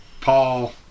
Paul